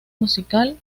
musical